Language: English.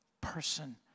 person